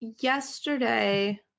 Yesterday